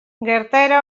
gertaera